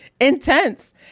intense